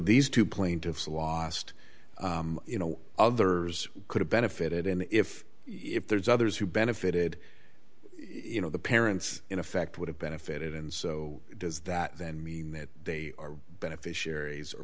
these two plaintiffs lost you know others could have benefited and if if there's others who benefited you know the parents in effect would have benefited and so does that then mean that they are beneficiaries